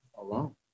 Alone